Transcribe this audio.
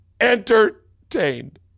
entertained